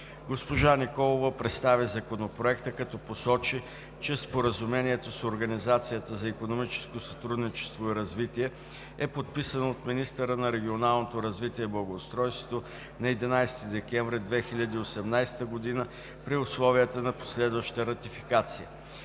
Госпожа Николова представи Законопроекта, като посочи, че Споразумението с Организацията за икономическо сътрудничество и развитие е подписано от министъра на регионалното развитие и благоустройството на 11 декември 2018 г. при условията на последваща ратификация.